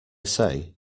say